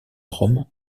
rome